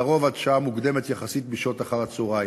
על-פי רוב עד שעה מוקדמת יחסית בשעות אחר-הצהריים.